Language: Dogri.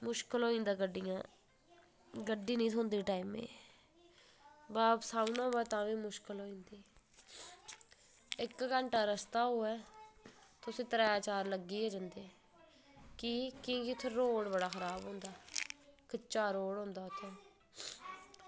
मुश्कल होई जंदा गड्डियें दा गड्डी निं थ्होंदी टैमें दी बापस औना होऐ तां बी मुश्कल होई जंदी इक घैंटा रस्ता होऐ तुसें त्रैऽ चार लग्गी गै जंदे की कि की उत्थें रोड़ बड़ा खराब होंदा कच्चा रोड़ होंदा उत्थें